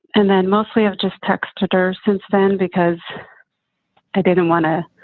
and then mostly i just texted her since then because i didn't want to.